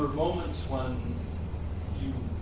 moments when you